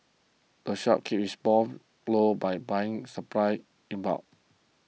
the shop keeps its low by buying supplies in bulk